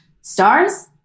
stars